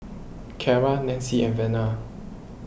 Cara Nancy and Vena